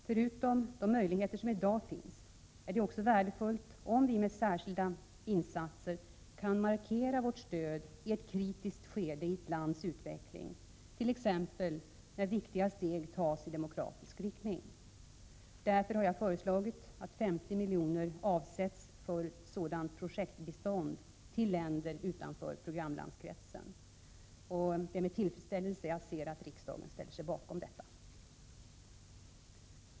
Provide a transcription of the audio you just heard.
Förutom de möjligheter som i dag finns är det också värdefullt om vi med särskilda insatser kan markera vårt stöd i ett kritiskt skede i ett lands utveckling, t.ex. när viktiga steg tas i demokratisk riktning. Därför har jag föreslagit att 50 miljoner avsätts för sådant projektbistånd till länder utanför programlandskretsen. Det är med tillfredsställelse som jag ser att riksdagen ställer sig bakom detta förslag.